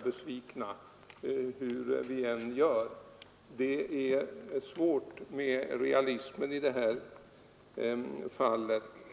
besvikna hur vi än gör när det gäller dessa svåra frågor.